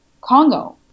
Congo